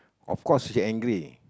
of course she angry